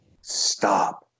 Stop